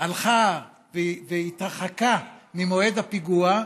הלכה והתרחקה ממועד הפיגוע,